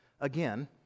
again